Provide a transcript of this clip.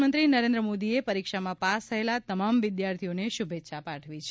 પ્રધાનમંત્રી નરેન્દ્ર મોદીએ પરીક્ષામાં પાસ થયેલા તમામ વિદ્યાર્થીઓને શુભેચ્છાઓ પાઠવી છે